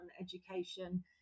education